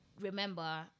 remember